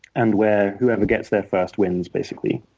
and where whoever gets there first wins, basically,